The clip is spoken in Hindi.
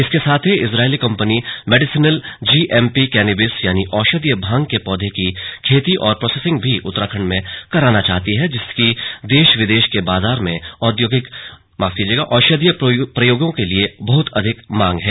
इसके साथ ही Israeli company medicinal GMP cannabis यानि औषधीय भांग के पौधे की खेती और प्रोसेसिंग भी उत्तराखण्ड में करना चाहती है जिसकी देश विदेश के बाजार में औषधीय प्रयोगों के लिए बहुत अधिक मांग है